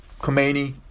Khomeini